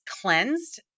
cleansed